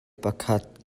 pakhat